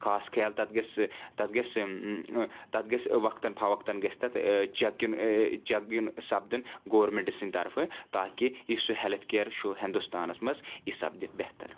خاص خیال تتَھ گژھِ تتَھ گژھِ تَتھ گژھِ وقتَن فہٕ وقتَن گژھِ تَتھ چک یُن چک یُن سبدُن گورمِنٹہٕ سٕنٛدِ طرفہٕ تاکہِ یُس سُہ ہِیٚلٕتھ کِیَر چھُ ہِندوستَانَس منٛز یہِ سپدِ بہتر